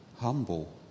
humble